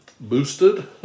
boosted